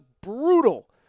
brutal